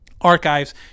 archives